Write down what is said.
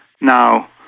Now